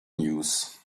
news